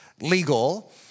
legal